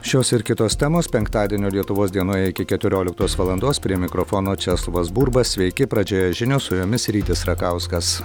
šios ir kitos temos penktadienio lietuvos dienoje iki keturioliktos valandos prie mikrofono česlovas burba sveiki pradžioje žinios su jomis rytis rakauskas